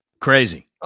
Crazy